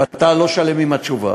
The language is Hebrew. ואתה לא שלם עם התשובה,